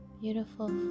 beautiful